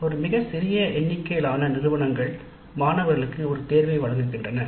ஒரு மிக சிறிய எண்ணிக்கையிலான நிறுவனங்கள் மாணவர்களுக்கு ஒரு தேர்வை வழங்குகின்றன